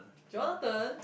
Jonathan